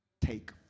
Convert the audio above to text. Take